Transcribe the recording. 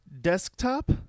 desktop